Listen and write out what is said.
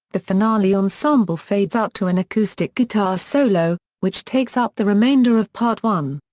the finale ensemble fades out to an acoustic guitar solo, which takes up the remainder of part one.